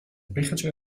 biggetje